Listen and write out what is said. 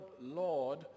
lord